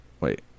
Wait